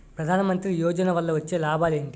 ప్రధాన మంత్రి యోజన వల్ల వచ్చే లాభాలు ఎంటి?